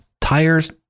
tires